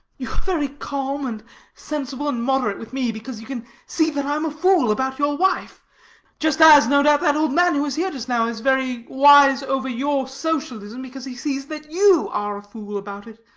you are very calm and sensible and moderate with me because you can see that i am a fool about your wife just as no doubt that old man who was here just now is very wise over your socialism, because he sees that you are a fool about it.